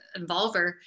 involver